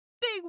big